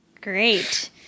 Great